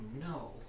no